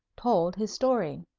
told his story.